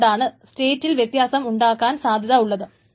അതുകൊണ്ടാണ് സ്റ്റേറ്റിൽ വ്യത്യാസം ഉണ്ടാകാൻ സാധ്യത ഉള്ളത്